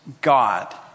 God